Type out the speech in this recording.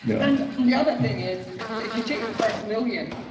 yeah and and the other thing is if you take the first million,